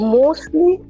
mostly